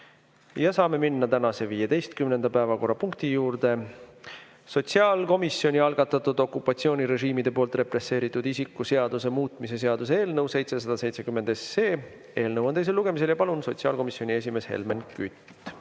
Saame minna tänase 15. päevakorrapunkti juurde: sotsiaalkomisjoni algatatud okupatsioonirežiimide poolt represseeritud isiku seaduse muutmise seaduse eelnõu 770 teine lugemine. Palun, sotsiaalkomisjoni esimees Helmen Kütt!